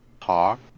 talk